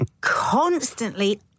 constantly